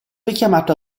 richiamato